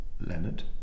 Leonard